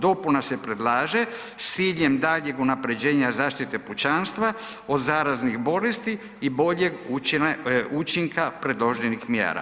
Dopuna se predlaže s ciljem daljnjeg unapređenja zaštite pučanstva od zaraznih bolesti i boljeg učinka predloženih mjera.